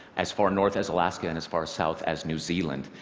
as far north as alaska and as far south as new zealand.